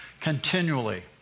continually